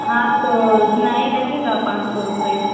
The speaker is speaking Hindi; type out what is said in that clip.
हाँ तो उतना ही लगेगा पान सौ रुपये